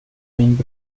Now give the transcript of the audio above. min